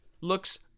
Looks